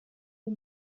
اون